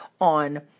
on